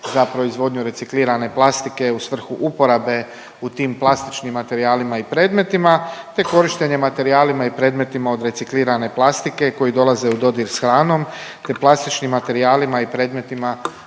za proizvodnju reciklirane plastike u svrhu uporabe u tim plastičnim materijalima i predmetima te korištenje materijalima i predmetima od reciklirane plastike koji dolaze u dodir s hranom te plastičnim materijalima i predmetima